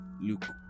look